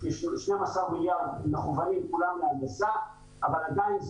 כ-12 מיליארד מכוונים כולם להנדסה אבל עדין,